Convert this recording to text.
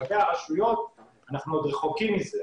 לגבי הרשויות, אנחנו עוד רחוקים מזה.